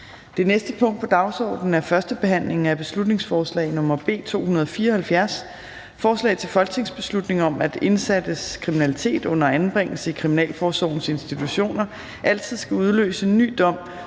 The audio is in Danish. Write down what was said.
Det næste punkt på dagsordenen er: 20) 1. behandling af beslutningsforslag nr. B 274: Forslag til folketingsbeslutning om, at indsattes kriminalitet under anbringelse i kriminalforsorgens institutioner altid skal udløse en ny dom,